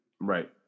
Right